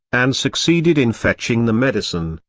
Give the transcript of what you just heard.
and succeeded in fetching the medicine,